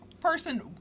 person